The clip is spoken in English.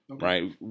Right